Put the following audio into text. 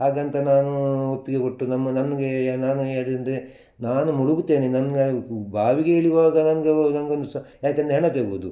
ಹಾಗಂತ ನಾನು ಒಪ್ಪಿಗೆ ಕೊಟ್ಟು ನಮ್ಮ ನನ್ಗೆ ನಾನು ಹೇಳಿದ್ದಂದರೆ ನಾನು ಮುಳುಗುತ್ತೇನೆ ನನ್ಗೆ ಆ ಬಾವಿಗೆ ಇಳೀವಾಗ ನನಗೆ ನಂಗೊಂದು ಸ ಏಕಂದ್ರೆ ಹೆಣ ತೆಗ್ಯದು